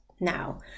now